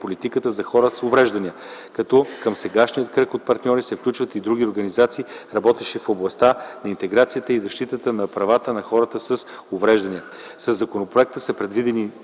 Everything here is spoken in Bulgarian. политиката за хората с увреждания, като към сегашния кръг от партньори се включват и други организации, работещи в областта на интеграцията и защитата на правата на хората с увреждания. Със законопроекта са предвидени